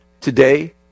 today